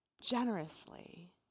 generously